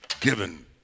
given